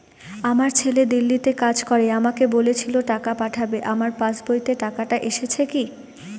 আমার ছেলে দিল্লীতে কাজ করে আমাকে বলেছিল টাকা পাঠাবে আমার পাসবইতে টাকাটা এসেছে কি?